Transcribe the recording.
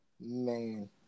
Man